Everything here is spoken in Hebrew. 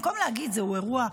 במקום להגיד זהו אירוע,